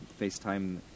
FaceTime